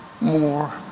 more